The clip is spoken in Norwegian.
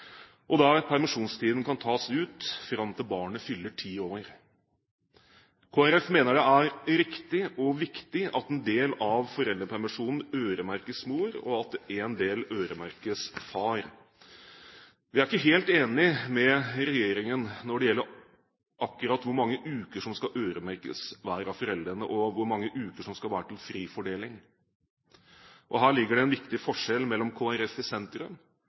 og der permisjonstiden kan tas ut fram til barnet fyller ti år. Kristelig Folkeparti mener det er riktig og viktig at en del av foreldrepermisjonen øremerkes mor, og at en del øremerkes far. Vi er ikke helt enig med regjeringen når det gjelder akkurat hvor mange uker som skal øremerkes hver av foreldrene, og hvor mange uker som skal være til fri fordeling. Her ligger det en viktig forskjell mellom Kristelig Folkeparti i sentrum